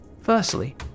Firstly